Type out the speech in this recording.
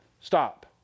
stop